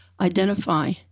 identify